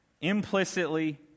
implicitly